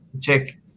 check